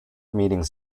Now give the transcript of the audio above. meetings